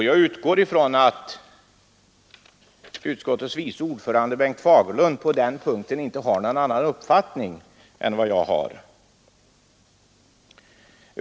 Jag utgår från att utskottets vice ordförande herr Bengt Fagerlund på den punkten inte har någon annan uppfattning än jag.